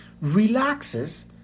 Relaxes